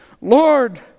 Lord